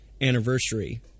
anniversary